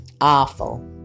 Awful